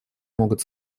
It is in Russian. могут